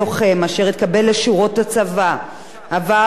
עבר תהליך אישי ואזרחי ראשון במעלה,